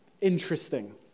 interesting